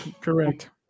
Correct